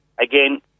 again